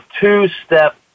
two-step